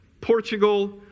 Portugal